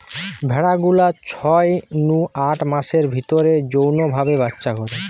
ভেড়া গুলা ছয় নু আট মাসের ভিতরেই যৌন ভাবে বাচ্চা করে